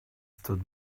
stood